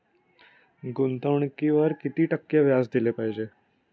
गुंतवणुकीवर किती टक्के व्याज दिले जाईल?